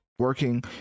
working